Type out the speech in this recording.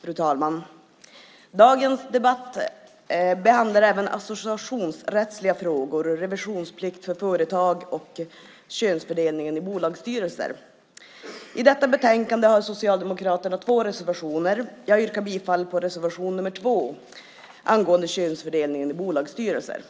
Fru talman! Dagens debatt behandlar associationsrättsliga frågor, revisionsplikt för företag och könsfördelningen i bolagsstyrelser. I detta betänkande har Socialdemokraterna två reservationer. Jag yrkar bifall till reservation nr 2 angående könsfördelningen i bolagsstyrelser.